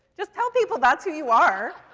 just tell people that's who you are,